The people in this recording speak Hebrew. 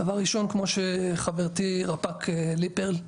דבר ראשון כמו שחברתי רפ"ק לי פרל ציינה,